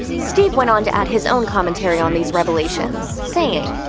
steve went on to add his own commentary on these revelations, saying,